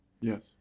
Yes